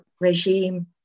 regime